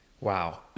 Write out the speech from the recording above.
Wow